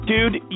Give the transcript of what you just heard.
Dude